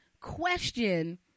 question